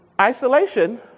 Isolation